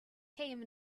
came